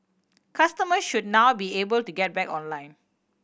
customers should now be able to get back online